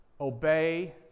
obey